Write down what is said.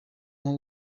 nko